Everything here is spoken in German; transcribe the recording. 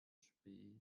spät